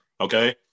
Okay